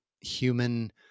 human